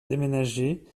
déménagé